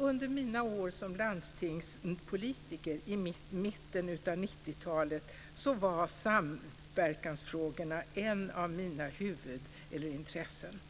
Under mina år som landstingspolitiker i mitten av 90-talet var samverkansfrågorna ett av mina huvudintressen.